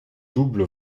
double